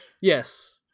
Yes